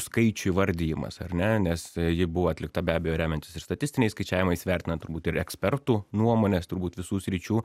skaičių įvardijimas ar ne nes ji buvo atlikta be abejo remiantis ir statistiniais skaičiavimais vertinant turbūt ir ekspertų nuomones turbūt visų sričių